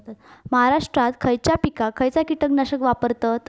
महाराष्ट्रात खयच्या पिकाक खयचा कीटकनाशक वापरतत?